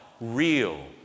real